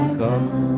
come